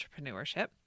entrepreneurship